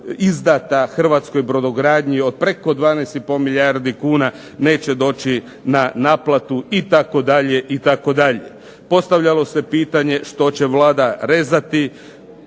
Hrvatskoj brodogradnji od preko 12,5 milijardi kuna neće doći na naplatu itd. Postavljalo se pitanje što će Vlada rezati,